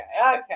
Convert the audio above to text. okay